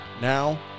now